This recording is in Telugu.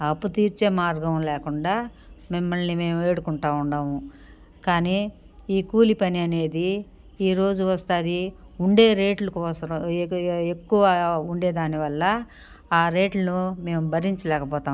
అప్పుతీర్చే మార్గం లేకుండా మిమ్మల్ని మేము వేడుకుంటా ఉండాము కానీ ఈ కూలిపననేది ఈ రోజు వస్తుంది ఉండే రేట్లు కోసరంఎ కు ఎ ఎక్కువ ఉండే దానివల్ల రేటులు మేం భరించలేకపోతాం